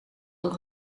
door